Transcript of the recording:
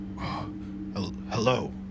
Hello